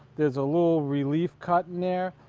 there is a little relief cut in there.